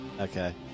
Okay